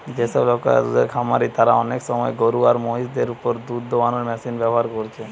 যেসব লোকরা দুধের খামারি তারা অনেক সময় গরু আর মহিষ দের উপর দুধ দুয়ানার মেশিন ব্যাভার কোরছে